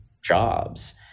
jobs